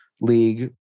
League